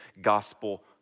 gospel